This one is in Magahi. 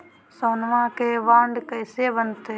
सोनमा के बॉन्ड कैसे बनते?